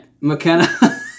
McKenna